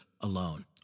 alone